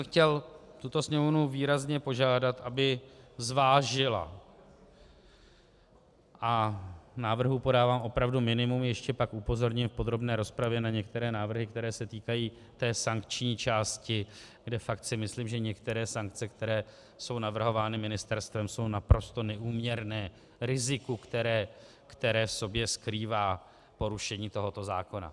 Chtěl jsem tuto Sněmovnu výrazně požádat, aby zvážila a návrhů podávám opravdu minimum, ještě pak v podrobné rozpravě upozorním na některé návrhy, které se týkají té sankční části, kde fakt si myslím, že některé sankce, které jsou navrhovány ministerstvem, jsou naprosto neúměrné riziku, které v sobě skrývá porušení tohoto zákona.